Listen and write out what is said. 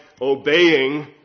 obeying